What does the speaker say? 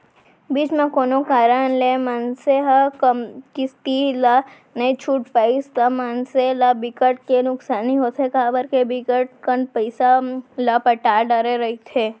बीच म कोनो कारन ले मनसे ह किस्ती ला नइ छूट पाइस ता मनसे ल बिकट के नुकसानी होथे काबर के बिकट कन पइसा ल पटा डरे रहिथे